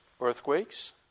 earthquakes